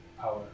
power